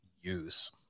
use